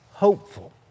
Hopeful